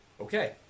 okay